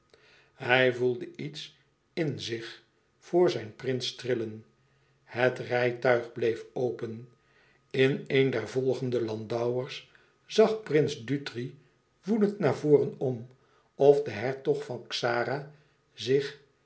hij voelde iets in zich voor zijn prins trillen het rijtuig bleef open in een der volgende landauers zag prins dutri woedend naar voren om of de hertog van xara zich